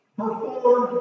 perform